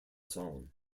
song